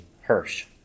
Hirsch